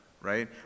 right